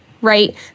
right